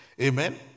Amen